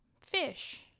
fish